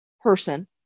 person